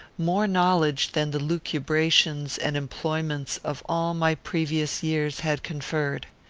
more knowledge than the lucubrations and employments of all my previous years had conferred.